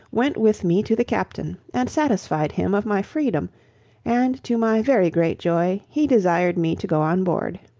went with me to the captain, and satisfied him of my freedom and, to my very great joy, he desired me to go on board.